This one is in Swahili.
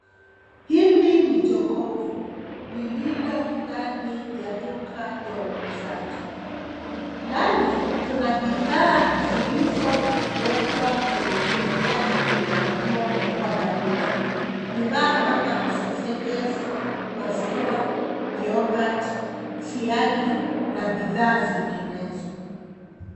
Hili ni jokovu lililo ndani ya duka ya uuzaji. Ndani kuna bidhaa zilizowekwa zenye zinahitaji kuhifadhiwa kwa baridi. Bidhaa kama sausages , maziwa, yoghurt , siagi na bidhaa zinginezo.